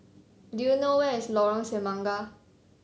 do you know where is Lorong Semangka